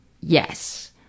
Yes